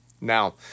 Now